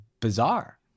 bizarre